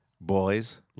Boys